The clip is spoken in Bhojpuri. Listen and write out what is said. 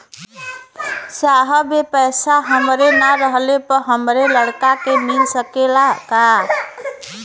साहब ए पैसा हमरे ना रहले पर हमरे लड़का के मिल सकेला का?